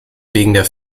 wegen